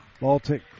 Baltic